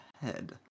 head